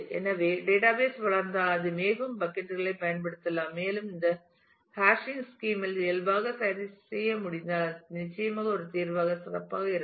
எனவே தரவுத்தளம் வளர்ந்தால் அது மேலும் மேலும் பக்கட் களைப் பயன்படுத்தலாம் மற்றும் இதை ஹேஷிங் ஸ்கீம் இல் இயல்பாக சரிசெய்ய முடிந்தால் அது நிச்சயமாக ஒரு தீர்வாக சிறப்பாக இருக்கும்